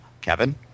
Kevin